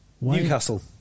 Newcastle